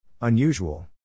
Unusual